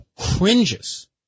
cringes